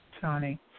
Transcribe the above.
Tony